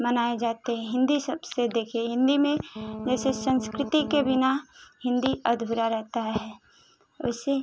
मनाए जाते हैं हिन्दी सबसे देखिए हिन्दी में जैसे संस्कृति के बिना हिन्दी अधूरा रहता है वैसे